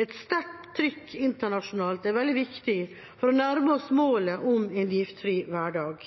Et sterkt trykk internasjonalt er veldig viktig for å nærme oss målet om en giftfri hverdag.